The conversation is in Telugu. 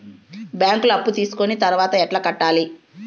బ్యాంకులో అప్పు తీసుకొని తర్వాత ఎట్లా కట్టాలి?